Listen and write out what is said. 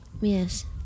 Yes